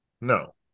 No